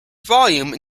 volume